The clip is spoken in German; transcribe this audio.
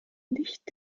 licht